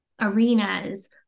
arenas